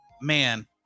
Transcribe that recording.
man